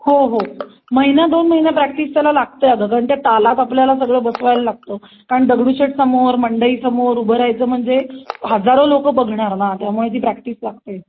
हो हो महिना दोन महिना प्रॅक्टिस त्याला लागते अगं कारण त्या तालात आपल्याला सगळं बसवायला लागतं कारण दगडूशेठसमोर मंडईसमोर उभं राहायचं म्हणजे हजारो लोकं बघणार ना त्यामुळे ती प्रॅक्टिस लागते